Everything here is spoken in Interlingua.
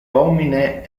homine